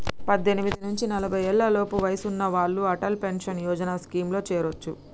పద్దెనిమిది నుంచి నలభై ఏళ్లలోపు వయసున్న వాళ్ళు అటల్ పెన్షన్ యోజన స్కీమ్లో చేరొచ్చు